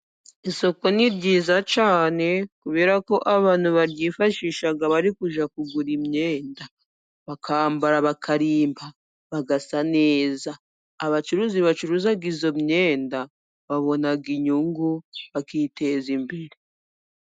Isuku ni ryiza cyane kubera ko abantu baryifashisha bari kujya kugura imyenda, bakambara, bakarimba, bagasa neza, abacuruzi bacuruza iyo myenda babonaga inyungu bakiteza imbere.